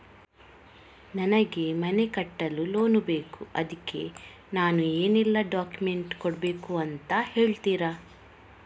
ನನಗೆ ಮನೆ ಕಟ್ಟಲು ಲೋನ್ ಬೇಕು ಅದ್ಕೆ ನಾನು ಏನೆಲ್ಲ ಡಾಕ್ಯುಮೆಂಟ್ ಕೊಡ್ಬೇಕು ಅಂತ ಹೇಳ್ತೀರಾ?